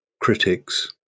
critics